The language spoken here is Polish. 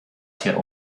cię